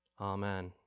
Amen